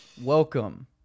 Welcome